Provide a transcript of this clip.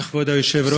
כבוד היושב-ראש,